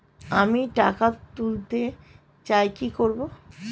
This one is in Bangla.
আমি টাকা তুলতে চাই কি করব?